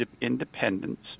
independence